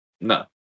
No